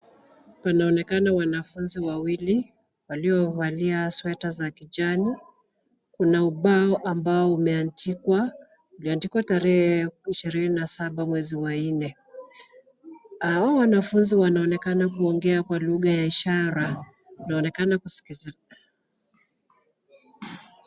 Panaonekana wanafunzi wawili waliovalia sweta za kijani. Kuna ubao ambao umeandikwa tarehe ishirini na saba mwezi wa nne. Hao wanafunzi wanaonekana kuongea kwa lugha ya ishara. Wanaonekana kusikizana.